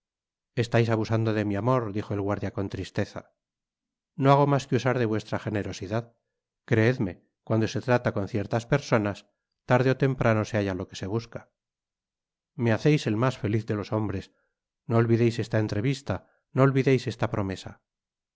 estais abusando de mi amor dijo el guardia con tristeza no hago mas que usar de vuestra generosidad creedme cuando se trata con ciertas personas tarde ó temprano se halla lo que se busca me haceis el mas feliz de los hombres no olvideis esta entrevista no olvideis esta promesa